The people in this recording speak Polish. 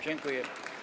Dziękuję.